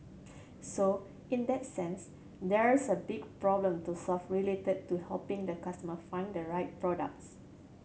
so in that sense there's a big problem to solve related to helping the customer find the right products